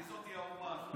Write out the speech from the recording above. מי זאת האומה הזאת?